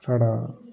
साढ़ा